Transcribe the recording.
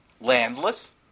Landless